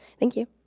thank you.